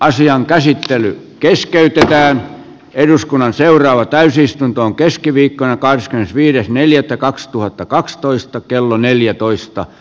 asian käsittely keskeytetään eduskunnan seuraava täysistuntoon keskiviikkona kahdeskymmenesviides neljättä kaksituhattakaksitoista kello neljätoista